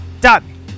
Done